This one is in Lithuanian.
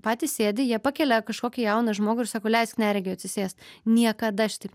patys sėdi jie pakelia kažkokį jauną žmogų ir sako leisk neregiui atsisėst niekada šitaip